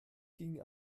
ging